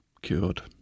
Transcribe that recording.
cured